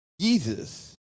Jesus